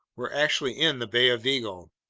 we're actually in that bay of vigo,